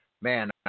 man